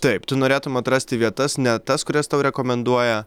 taip tu norėtumei atrasti vietas ne tas kurias tau rekomenduoja